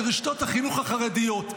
לרשתות החינוך החרדיות.